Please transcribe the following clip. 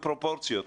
פרופורציות,